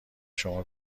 شما